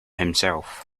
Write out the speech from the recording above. himself